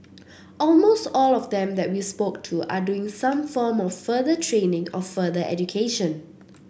almost all of them that we spoke to are doing some form of further training or further education